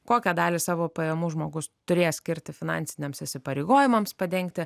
kokią dalį savo pajamų žmogus turės skirti finansiniams įsipareigojimams padengti